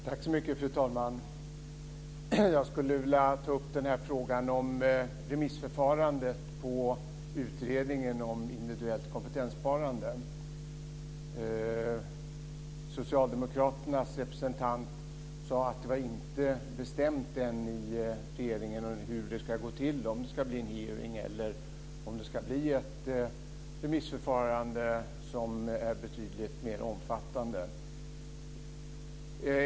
Fru talman! Jag skulle vilja ta upp frågan om remissförfarandet på utredningen om individuellt kompetenssparande. Socialdemokraternas representant sade att det inte var bestämt än i regeringen hur detta ska gå till - om det ska bli en hearing eller om det ska bli ett remissförfarande som är betydligt mer omfattande.